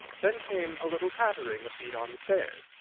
then came a little pattering of feet on the stairs.